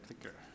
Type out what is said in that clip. clicker